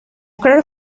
crowd